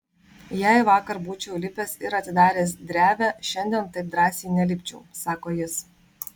jei vakar būčiau lipęs ir atidaręs drevę šiandien taip drąsiai nelipčiau sako jis